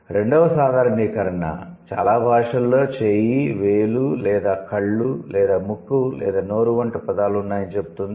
2 వ సాధారణీకరణ చాలా భాషలలో చేయి వేలు లేదా కళ్ళు లేదా ముక్కు లేదా నోరు వంటి పదాలు ఉన్నాయని చెబుతుంది